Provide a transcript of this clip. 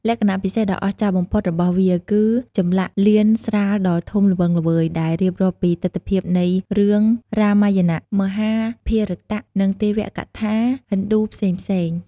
លក្ខណៈពិសេសដ៏អស្ចារ្យបំផុតរបស់វាគឺ ចម្លាក់លៀនស្រាលដ៏ធំល្វឹងល្វើយដែលរៀបរាប់ពីទិដ្ឋភាពនៃរឿងរាមាយណៈ មហាភារតៈ និងទេវកថាហិណ្ឌូផ្សេងៗ ។